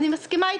אני מסכימה אתך,